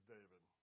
David